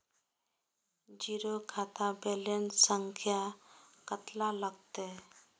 Zero खाता balance संख्या कतला लगते?